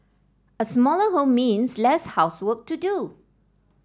a smaller home means less housework to do